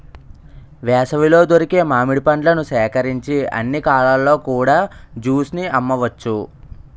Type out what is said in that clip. వేసవిలో దొరికే మామిడి పండ్లను సేకరించి అన్ని కాలాల్లో కూడా జ్యూస్ ని అమ్మవచ్చు